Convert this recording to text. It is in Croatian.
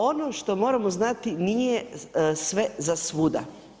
Ono što moramo znati nije sve za svuda.